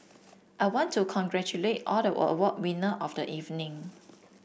I want to congratulate all the award winner of the evening